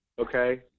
okay